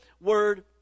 word